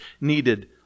needed